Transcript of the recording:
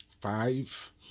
Five